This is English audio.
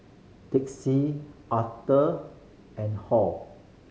Dixie Arther and Hall